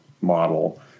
model